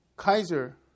Kaiser